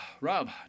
Rob